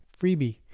Freebie